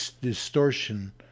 distortion